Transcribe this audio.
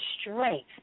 strength